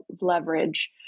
leverage